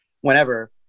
whenever